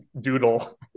doodle